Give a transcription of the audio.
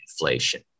inflation